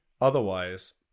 Otherwise